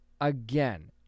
again